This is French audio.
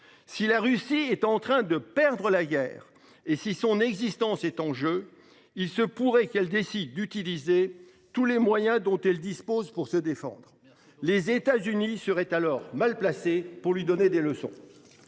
Si la Russie est en train de perdre la guerre et si son existence est en jeu. Il se pourrait qu'elle décide d'utiliser tous les moyens dont elle dispose pour se défendre. Les États-Unis seraient alors mal placé pour lui donner des leçons.